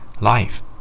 Life